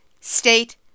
state